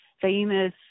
famous –